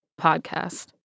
podcast